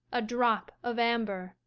a drop of amber,